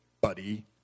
buddy